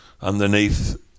underneath